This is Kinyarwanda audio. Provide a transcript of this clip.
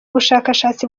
bushakashatsi